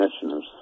commissioners